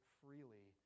freely